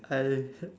I